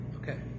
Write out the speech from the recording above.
okay